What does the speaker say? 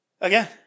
again